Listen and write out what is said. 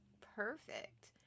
perfect